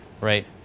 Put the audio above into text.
right